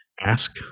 ask